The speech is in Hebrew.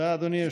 בן גביר,